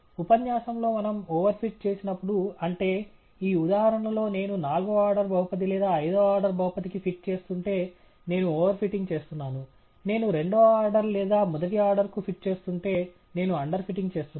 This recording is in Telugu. ఉపన్యాసంలో మనం ఓవర్ ఫిట్ చేసినప్పుడు అంటే ఈ ఉదాహరణలో నేను నాల్గవ ఆర్డర్ బహుపది లేదా ఐదవ ఆర్డర్ బహుపదికి ఫిట్ చేస్తుంటే నేను ఓవర్ ఫిటింగ్ చేస్తున్నాను నేను రెండవ ఆర్డర్ లేదా మొదటి ఆర్డర్కు ఫిట్ చేస్తుంటే నేను అండర్ ఫిటింగ్ చేస్తున్నాను